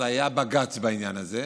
אז היה בג"ץ בעניין הזה,